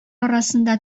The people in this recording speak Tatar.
арасында